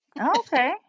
Okay